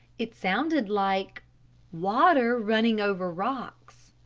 it sounded like water running over rocks.